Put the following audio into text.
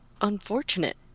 unfortunate